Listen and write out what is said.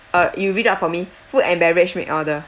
uh you read up for me food and beverage make order